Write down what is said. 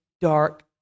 dark